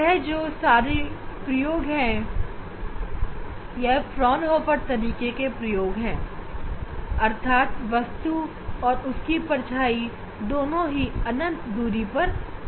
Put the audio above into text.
यह प्रयोग फ्राउनहोफर तरीके के प्रयोग हैं अर्थात वस्तु और उसकी छवि दोनों ही अनंत दूरी पर होंगी